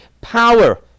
power